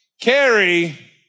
carry